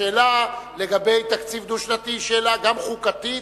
השאלה לגבי תקציב דו-שנתי היא שאלה גם חוקתית,